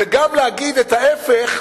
וגם להגיד את ההיפך,